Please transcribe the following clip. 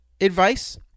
advice